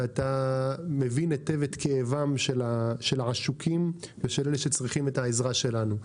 ואתה מבין היטב את כאבם של העשוקים ושל אלה שצריכים את העזרה שלנו.